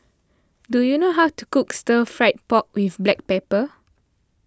do you know how to cook Stir Fried Pork with Black Pepper